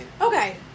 Okay